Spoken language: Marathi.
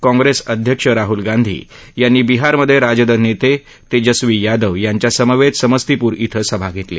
काँग्रेस अध्यक्ष राहुल गांधी यांनी बिहारमधे राजद नेते तेजस्वी यादव यांच्या समवेत समस्तीपूर इथं सभा घेतली